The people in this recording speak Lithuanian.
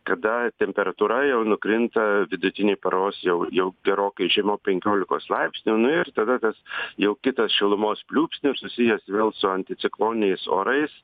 kada temperatūra jau nukrinta vidutinė paros jau jau gerokai žemiau penkiolikos laipsnių nu ir tada tas jau kitas šilumos pliūpsnis susijęs vėl su anticikloniniais orais